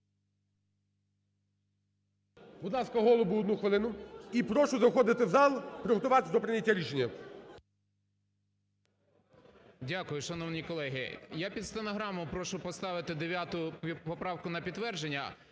Будь ласка, Голубу одну хвилину. І прошу заходити в зал, приготуватися до прийняття рішення. 11:22:53 ГОЛУБ В.В. Дякую. Шановні колеги, я під стенограму прошу поставити 9 поправку на підтвердження.